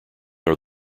nor